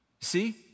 see